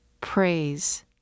Praise